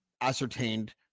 ascertained